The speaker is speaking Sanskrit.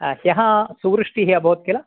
ह्यः सुवृष्टिः अभवत् किल्